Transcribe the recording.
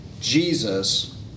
Jesus